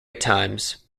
times